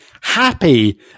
happy